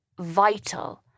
vital